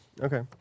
Okay